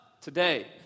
today